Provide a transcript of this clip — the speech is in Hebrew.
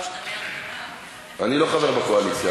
אני לא חבר בקואליציה.